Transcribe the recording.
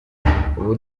ubu